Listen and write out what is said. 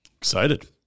Excited